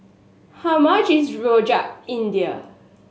how much is Rojak India